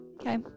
Okay